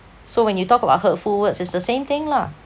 so when you talk about hurtful words is the same thing lah